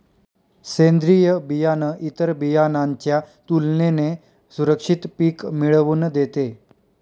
सेंद्रीय बियाणं इतर बियाणांच्या तुलनेने सुरक्षित पिक मिळवून देते